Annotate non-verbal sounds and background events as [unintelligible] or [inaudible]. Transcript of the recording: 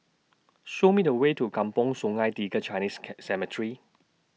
Show Me The Way to Kampong Sungai Tiga Chinese [unintelligible] Cemetery